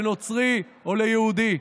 לנוצרי או ליהודי.